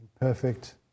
perfect